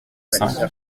cinq